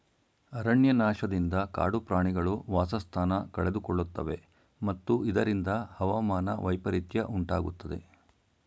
ಅರಣ್ಯನಾಶದಿಂದ ಕಾಡು ಪ್ರಾಣಿಗಳು ವಾಸಸ್ಥಾನ ಕಳೆದುಕೊಳ್ಳುತ್ತವೆ ಮತ್ತು ಇದರಿಂದ ಹವಾಮಾನ ವೈಪರಿತ್ಯ ಉಂಟಾಗುತ್ತದೆ